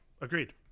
agreed